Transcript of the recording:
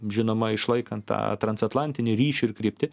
žinoma išlaikant tą transatlantinį ryšį ir kryptį